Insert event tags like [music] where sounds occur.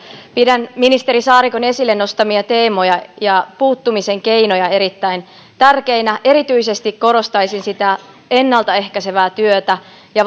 pidän ministeri saarikon esille nostamia teemoja ja puuttumisen keinoja erittäin tärkeinä erityisesti korostaisin sitä ennalta ehkäisevää työtä ja [unintelligible]